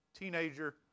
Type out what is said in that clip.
teenager